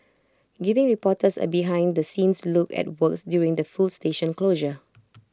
giving reporters A behind the scenes look at works during the full station closure